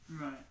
right